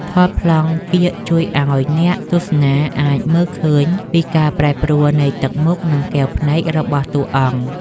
ថតប្លង់កៀកជួយឱ្យអ្នកទស្សនាអាចមើលឃើញពីការប្រែប្រួលនៃទឹកមុខ និង កែវភ្នែករបស់តួសម្ដែង។